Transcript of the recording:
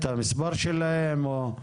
את המספר שלהם?